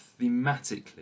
thematically